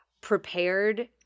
prepared